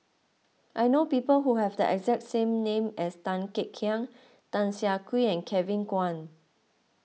I know people who have the exact same name as Tan Kek Hiang Tan Siah Kwee and Kevin Kwan